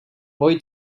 boy